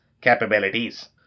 capabilities